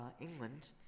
England